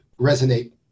resonate